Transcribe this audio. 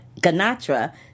Ganatra